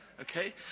Okay